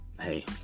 hey